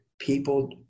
people